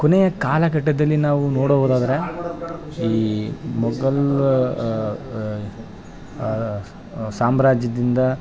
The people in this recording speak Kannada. ಕೊನೆಯ ಕಾಲಘಟ್ಟದಲ್ಲಿ ನಾವು ನೋಡೊವುದಾದರೆ ಈ ಮೊಘಲ್ ಸಾಮ್ರಾಜ್ಯದಿಂದ